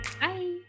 Bye